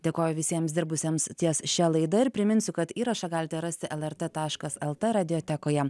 dėkoju visiems dirbusiems ties šia laida ir priminsiu kad įrašą galite rasti lrt taškas lt radiotekoje